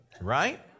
Right